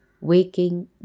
waking